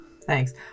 Thanks